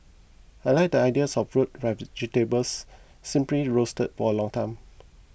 I like the ideas of root vegetables simply roasted for a long time